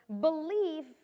belief